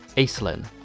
acelin,